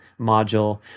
module